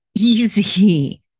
easy